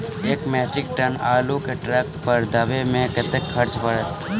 एक metric ton आलु केँ ट्रक पर लदाबै मे कतेक खर्च पड़त?